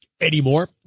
anymore